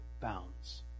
bounds